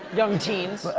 young teens.